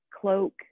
cloak